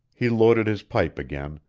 he loaded his pipe again,